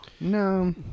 No